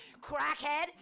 crackhead